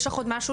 יש לך עוד משהו